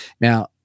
Now